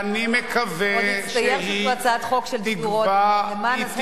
אני מקווה, הצעת חוק של דודו רותם, למען הסר ספק.